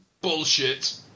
bullshit